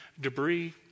debris